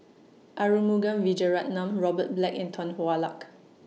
Arumugam Vijiaratnam Robert Black and Tan Hwa Luck